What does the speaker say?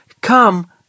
come